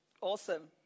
Awesome